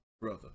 brother